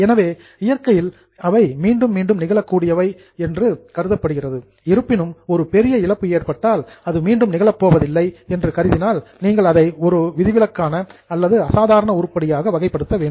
எனவே இயற்கையில் அவை ரெக்கரிங் மீண்டும் மீண்டும் நிகழக் கூடியவை என்று அசியூம்டு கருதப்படுகிறது இருப்பினும் ஒரு பெரிய இழப்பு ஏற்பட்டால் அது மீண்டும் நிகழப் போவதில்லை என்று கருதினால் நீங்கள் அதை ஒரு விதிவிலக்கான அல்லது அசாதாரணமான உருப்படியாக வகைப்படுத்த வேண்டும்